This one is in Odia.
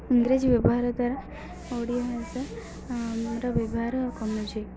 ଇଂରାଜୀ ବ୍ୟବହାର ଦ୍ୱାରା ଓଡ଼ିଆ ଭାଷାର ବ୍ୟବହାର କମୁଛି